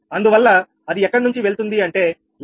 అందువల్ల అది ఎక్కడి నుంచి వెళ్తుంది అంటే 𝜆73